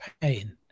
pain